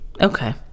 Okay